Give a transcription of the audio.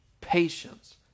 Patience